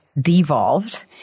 devolved